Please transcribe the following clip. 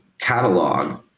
catalog